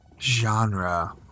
Genre